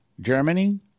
Germany